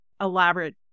elaborate